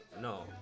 No